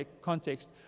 context